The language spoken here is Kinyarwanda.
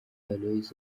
aloys